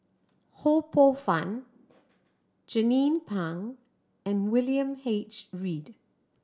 Ho Poh Fun Jernnine Pang and William H Read